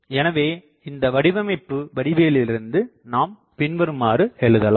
எனவே இந்த வடிவமைப்பு வடிவியலலிருந்து நாம் பின்வருமாறு எழுதலாம்